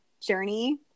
journey